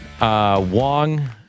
Wong